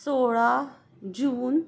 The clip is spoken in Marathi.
सोळा जून